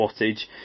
wattage